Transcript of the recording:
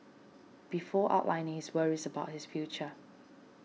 before outlining his worries about his future